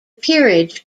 peerage